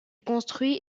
construit